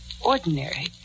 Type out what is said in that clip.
ordinary